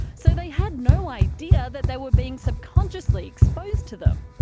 so they had no idea that they were being subconsciously exposed to them.